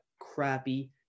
crappy